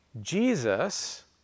Jesus